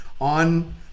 on